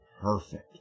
perfect